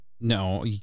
No